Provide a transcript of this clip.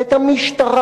את המשטרה,